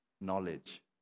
knowledge